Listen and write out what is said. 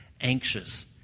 anxious